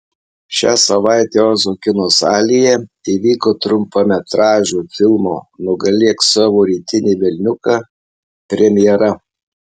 šią savaitę ozo kino salėje įvyko trumpametražio filmo nugalėk savo rytinį velniuką premjera